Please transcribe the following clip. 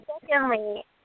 secondly